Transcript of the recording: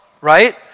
right